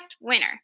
winner